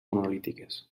monolítiques